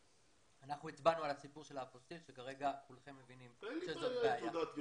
אנחנו הצבענו על הסיפור של האפוסטיל שכרגע כולכם מבינים את הבעיה.